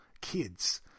kids